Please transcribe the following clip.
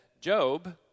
Job